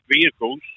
vehicles